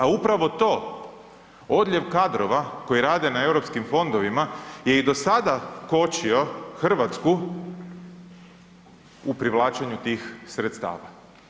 A upravo to odljev kadrova koji rade na europskim fondovima je i do sada kočio RH u privlačenju tih sredstava.